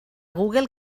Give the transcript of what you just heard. google